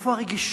איפה הרגישות?